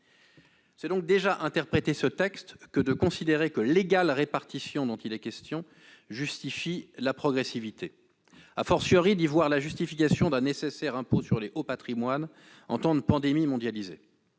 C'est donc déjà interpréter ce texte que de considérer que l'égale répartition dont il est question justifie la progressivité, d'y voir la justification d'un nécessaire impôt sur les hauts patrimoines en temps de pandémie mondialisée.